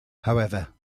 however